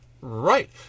right